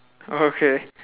oh okay